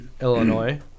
Illinois